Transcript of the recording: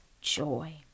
joy